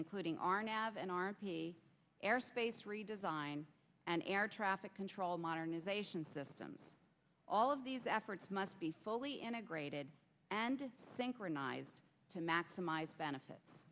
including arnav an r p airspace redesign an air traffic control modernization system all of these efforts must be fully integrated and synchronized to maximize benefits